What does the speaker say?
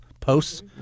Posts